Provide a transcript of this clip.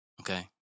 Okay